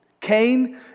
Cain